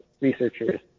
researchers